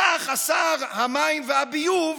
כך שר המים והביוב